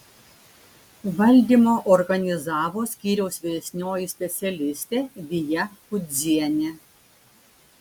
valdymo organizavo skyriaus vyresnioji specialistė vija kudzienė